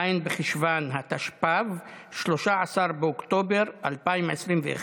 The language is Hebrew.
ז' בחשוון התשפ"ב, 13 באוקטובר 2021,